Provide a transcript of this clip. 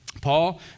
Paul